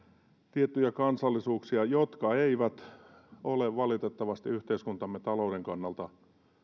tiettyjä kansallisuuksia jotka eivät ole valitettavasti yhteiskuntamme talouden kannalta